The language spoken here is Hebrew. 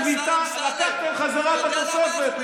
אתם לקחתם חזרה את התוספת.